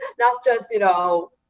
not just, you know,